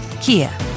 Kia